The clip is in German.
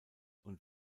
und